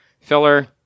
filler